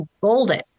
golden